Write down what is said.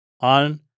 on